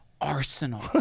arsenal